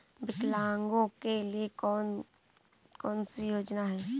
विकलांगों के लिए कौन कौनसी योजना है?